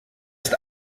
ist